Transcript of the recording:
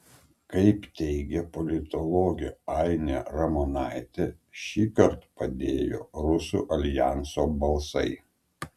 kaip teigia politologė ainė ramonaitė šįkart padėjo rusų aljanso balsai